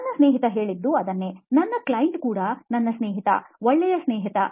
ನನ್ನ ಸ್ನೇಹಿತ ಹೇಳಿದ್ದು ಅದನ್ನೇ ನನ್ನ ಕ್ಲೈಂಟ್ ಕೂಡ ನನ್ನ ಸ್ನೇಹಿತ ಒಳ್ಳೆಯ ಸ್ನೇಹಿತ